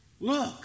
Look